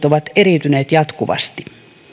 ovat eriytyneet jatkuvasti